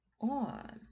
on